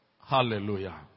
Hallelujah